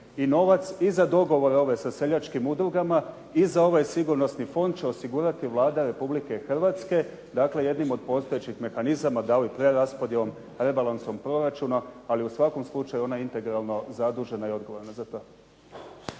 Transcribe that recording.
i novac i za dogovor ove sa seljačkim udrugama i za ovaj sigurnosni fond će osigurati Vlada Republike Hrvatske. Dakle, jednim od postojećih mehanizama, da li preraspodjelom rebalansom proračuna. Ali u svakom slučaju ona je integralno zadužena i odgovorna za to.